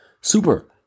Super